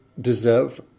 deserve